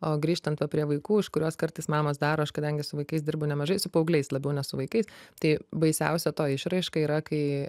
o grįžtant va prie vaikų iš kurios kartais mamos daro aš kadangi su vaikais dirbu nemažai su paaugliais labiau ne su vaikais tai baisiausia to išraiška yra kai